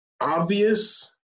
obvious